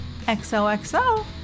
XOXO